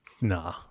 Nah